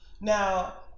Now